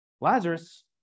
Lazarus